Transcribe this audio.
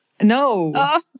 No